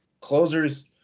closers